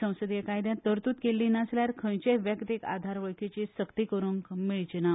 संसदीय कायद्यान तरतूद केल्ली नासल्यार खंयचेच व्यक्तीक आधार वळखीची सक्ती करूंक मेळची ना